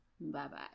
Bye-bye